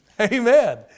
Amen